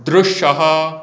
दृश्यः